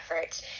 efforts